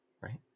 Right